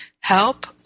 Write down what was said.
help